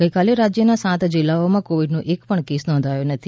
ગઇકાલે રાજ્યના સાત જિલ્લાઓમાં કોવિડનો એક પણ કેસ નોંધાયો નથી